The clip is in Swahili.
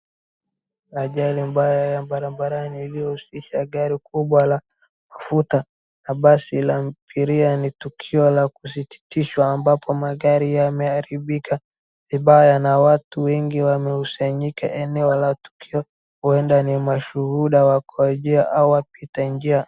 Ajali kubwa ya barabarani ilihuhisha gari kubwa la mafuta na basi la abiria. Ni tukio ya kusitikiswa ambapo magari yameharibika vibaya na watu wengi wamekusanyika eneo la tukio, huenda ni mashuhuda wa kuwambia au wapita njia.